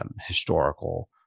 historical